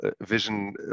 vision